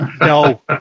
no